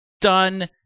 done